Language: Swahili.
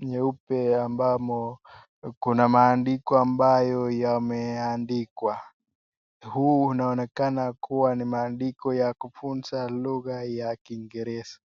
nyeupe ambamo kuna maandiko ambayo yameandikwa, huu unaonekana kuwa ni maandiko ya kufunza lugha ya kiingereza.